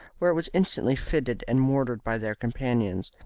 where it was instantly fitted and mortared by their companions.